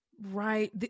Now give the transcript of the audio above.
right